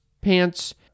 pants